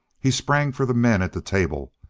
he sprang for the men at the table,